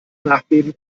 nachbeben